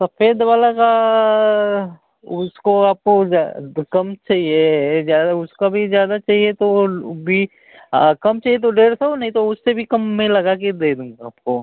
सफेद वाले का उसको आपको कम चाहिए ज़्यादा उसका भी ज़्यादा चाहिए तो भी कम चाहिए तो डेढ़ सौ नहीं तो उससे भी कम में लगाकर दे दूँगा आपको